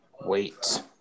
Wait